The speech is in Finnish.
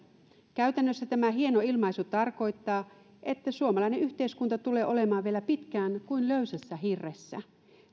käytännössä tämä hieno ilmaisu tarkoittaa että suomalainen yhteiskunta tulee olemaan vielä pitkään kuin löysässä hirressä